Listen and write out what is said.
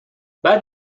بعد